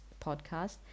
podcast